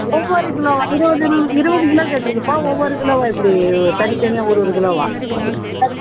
ஒவ்வொரு கிலோவாக இருபது இருப இருபது கிலோ கேட்டுருக்குப்பா ஒவ்வொரு கிலோவாக எப்படி தனித்தனியாக ஒருவொரு கிலோவாக